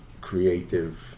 creative